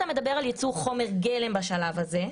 אתה מדבר על יצוא חומר גלם בשלב הזה,